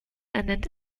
ernennt